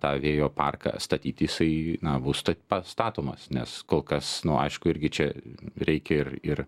tą vėjo parką statyti jisai na bus pastatomas nes kol kas nu aišku irgi čia reikia ir ir